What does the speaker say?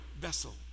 vessel